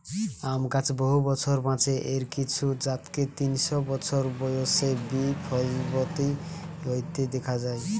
আম গাছ বহু বছর বাঁচে, এর কিছু জাতকে তিনশ বছর বয়সে বি ফলবতী হইতে দিখা যায়